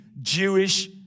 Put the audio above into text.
Jewish